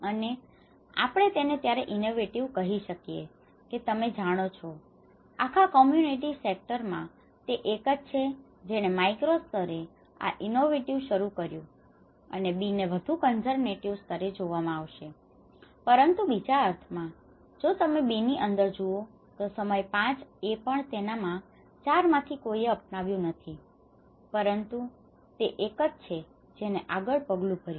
અને આપણે તેને ત્યારે ઇનોવેટિવ કહી શકીએ તે તમે જાણો છો આખા કોમ્યુનિટી સેક્ટર માં તે એક છે જેણે માઈક્રો સ્તરે આ ઇનોવેટિવ શરૂ કર્યુ હતું અને B ને વધુ કન્ઝર્વેટિવ સ્તરે જોવામાં આવશે પરંતી બીજા અર્થમાં જો તમે B ની અંદર જુઓ તો સમય 5 એ પણ તેના 4 માંથી કોઈએ પણ આપનાવ્યું નથી પરંતુ તે એક છે જેને આગળ પગલું ભર્યું